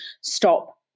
stop